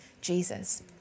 Jesus